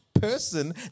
person